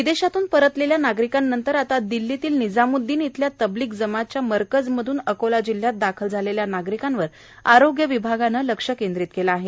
विदेशातून परतलेल्या नागरिकांनंतर आता दिल्लीतील निजाम्द्दीन येथे तबलीग जमातच्या मरकजमधून अकोला जिल्ह्यात दाखल झालेल्या नागरिकांवर आरोग्य विभागानं लक्ष केंद्रित केले आहे